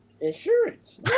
Insurance